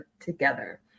together